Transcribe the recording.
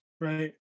right